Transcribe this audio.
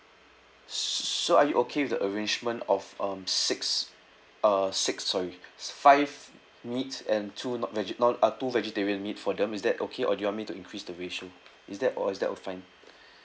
so are you okay with the arrangement of um six uh six sorry five meat and two non vege~ non uh two vegetarian meat for them is that okay or do you want me to increase the ratio is that or is that all fine